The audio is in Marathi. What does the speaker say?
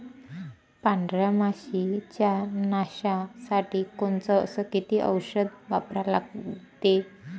पांढऱ्या माशी च्या नाशा साठी कोनचं अस किती औषध वापरा लागते?